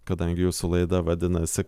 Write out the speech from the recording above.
kadangi jūsų laida vadinasi